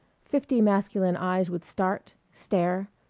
fifty masculine eyes would start, stare,